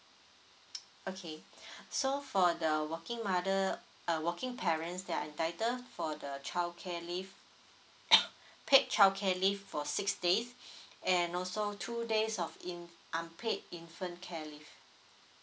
okay so for the working mother uh working parents they're entitled for the childcare leave paid childcare leave for six days and also two days of in~ unpaid infant care leave